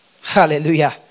hallelujah